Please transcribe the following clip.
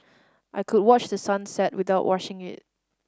I could watch the sun set without rushing it